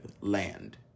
land